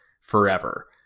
forever